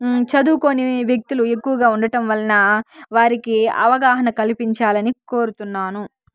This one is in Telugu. చదువుకోని వ్యక్తులు ఎక్కువగా ఉండటం వలన వారికి అవగాహన కల్పించాలని కోరుతున్నాను